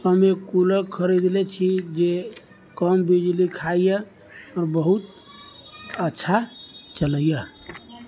हम एक कूलर खरीदले छी जे कम बिजली खाइए आओर बहुत अच्छा चलैए